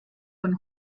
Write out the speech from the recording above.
von